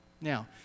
Now